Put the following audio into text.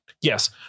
Yes